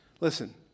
Listen